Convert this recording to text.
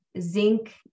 zinc